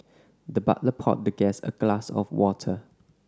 the butler poured the guest a glass of water